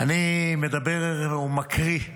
אני מדבר, מקריא,